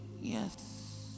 Yes